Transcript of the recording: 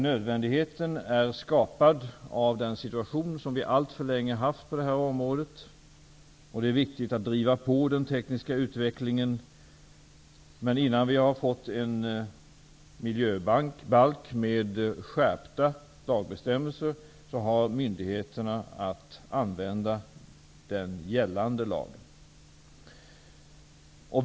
Nödvändigheten är skapad av den situation som vi alltför länge har haft på detta område. Det är viktigt att driva på den tekniska utvecklingen. Men innan vi har fått en miljöbalk med skärpta lagbestämmelser, har myndigheterna att tillämpa den gällande lagen.